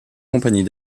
compagnies